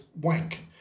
wank